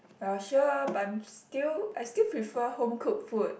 well sure but I'm still I still prefer home cooked food